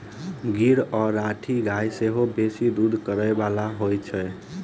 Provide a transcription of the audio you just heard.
गीर आ राठी गाय सेहो बेसी दूध करय बाली होइत छै